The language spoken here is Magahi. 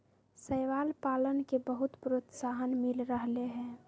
शैवाल पालन के बहुत प्रोत्साहन मिल रहले है